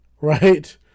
Right